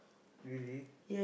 really